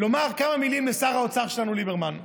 לומר כמה מילים לשר האוצר שלנו, ליברמן.